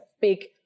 big